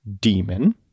demon